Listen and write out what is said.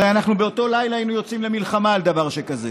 הרי אנחנו באותו לילה היינו יוצאים למלחמה על דבר שכזה.